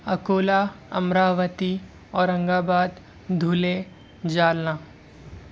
Akola Amravati Aurangabad Dhule Jalna